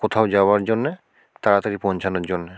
কোথাও যাওয়ার জন্যে তাড়াতাড়ি পৌঁছানোর জন্যে